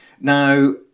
Now